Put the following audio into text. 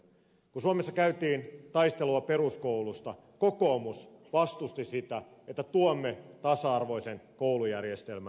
kun suomessa käytiin taistelua peruskoulusta kokoomus vastusti sitä että tuomme tasa arvoisen koulujärjestelmän suomeen